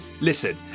listen